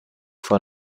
von